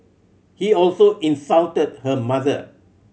he also insulted her mother